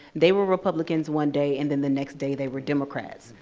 they were republicans one day, and then the next day they were democrats.